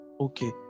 Okay